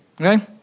Okay